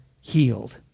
healed